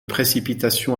précipitations